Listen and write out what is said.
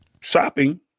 shopping